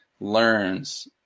learns